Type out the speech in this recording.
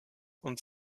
und